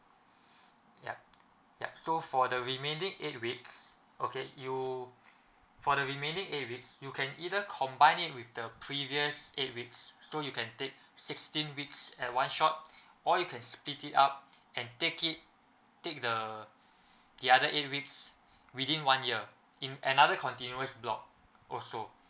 yup ya so for the remaining eight weeks okay you for the remaining eight weeks you can either combine it with the previous eight weeks so you can take sixteen weeks at one shot or you can split it up and take it take the the other eight weeks within one year in another continuous block also